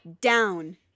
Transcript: down